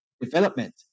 development